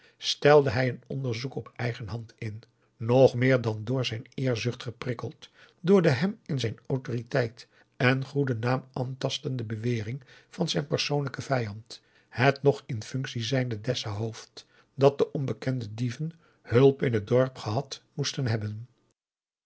stelde hij een onderzoek op eigen hand in nog meer dan door zijn eerzucht geprikkeld door de hem in zijn autoriteit en goeden naam aantastende bewering van zijn persoonlijken vijand het nog in functie zijnde dessa hoofd dat de onbekende dieven hulp in het dorp gehad moesten hebben